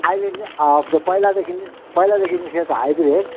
अहिले नि अँ त्यो पहिलादेखि पहिलादेखि निस्किएको हाइब्रिड